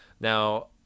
Now